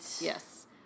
yes